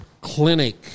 Clinic